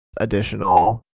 additional